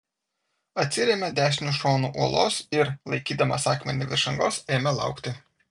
atsirėmė dešiniu šonu uolos ir laikydamas akmenį virš angos ėmė laukti